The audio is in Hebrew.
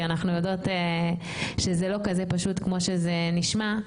כי אנחנו יודעות שזה לא כזה פשוט כמו שזה נשמע,